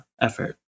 effort